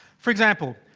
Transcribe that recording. for example.